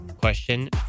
Question